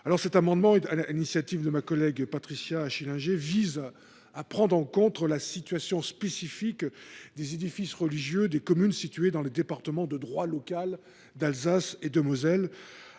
Cet amendement, déposé sur l’initiative de ma collègue Patricia Schillinger, vise à prendre en compte la situation spécifique des édifices religieux des communes situées dans les départements de droit local d’Alsace et de Moselle,